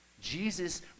Jesus